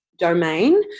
domain